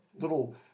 little